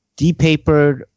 depapered